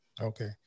Okay